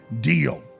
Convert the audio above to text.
deal